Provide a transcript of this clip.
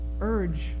urge